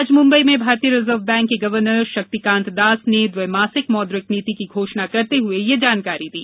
आज मुम्बई में भारतीय रिजर्व बैंक के गवर्नर शक्तिकांत दास ने ने द्विमासिक मौद्रिक नीति की घोषणा करते हुए ये जानकारी दी